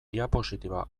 diapositiba